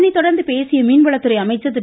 அதனைத்தொடா்ந்து பேசிய மீன்வளத்துறை அமைச்சா் திரு